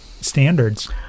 standards